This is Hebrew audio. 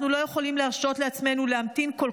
אנחנו לא יכולים להרשות לעצמנו להמתין כל